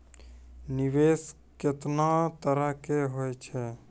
निवेश केतना तरह के होय छै?